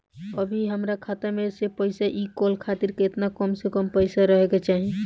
अभीहमरा खाता मे से पैसा इ कॉल खातिर केतना कम से कम पैसा रहे के चाही?